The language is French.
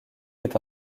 est